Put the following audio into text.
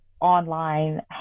online